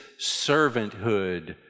servanthood